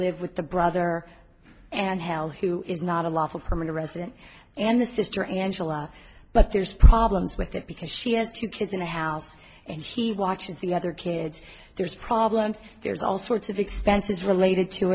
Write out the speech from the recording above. live with the brother and hill who is not a lawful permanent resident and the sister angela but there's problems with that because she has two kids in the house and he watches the other kids there's problems there's all sorts of expenses related to